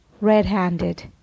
red-handed